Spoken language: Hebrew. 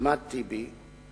אחמד טיבי,